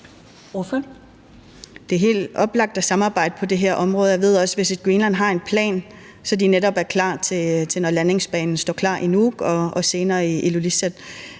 (IA): Det er helt oplagt at samarbejde på det her område, og jeg ved også, at Visit Greenland har en plan, så de netop er klar, når landingsbanerne står klar, først i Nuuk og senere i Ilulissat.